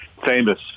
Famous